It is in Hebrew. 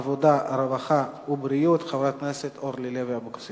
הצעת חוק צער בעלי-חיים (הגנה על בעלי-חיים) (תיקון מס' 8) (איסור